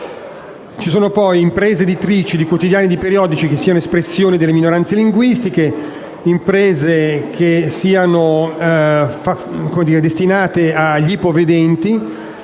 Ci sono poi imprese editrici di quotidiani e di periodici che siano espressione delle minoranze linguistiche, imprese che siano destinate agli ipovedenti,